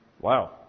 Wow